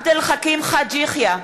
חאג' יחיא,